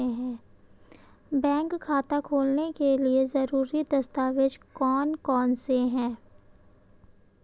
Bank खाता खोलने के लिए ज़रूरी दस्तावेज़ कौन कौनसे हैं?